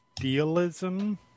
idealism